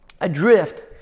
adrift